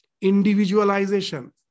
individualization